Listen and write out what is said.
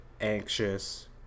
anxious